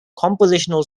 compositional